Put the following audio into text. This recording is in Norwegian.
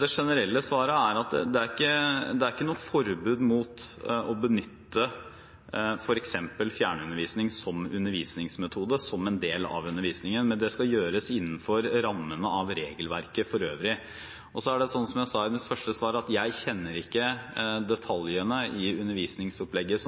Det generelle svaret er at det er ikke noe forbud mot å benytte f.eks. fjernundervisning som undervisningsmetode som en del av undervisningen, men det skal gjøres innenfor rammene av regelverket for øvrig. Så er det slik, som jeg sa i mitt første svar, at jeg kjenner ikke detaljene i undervisningsopplegget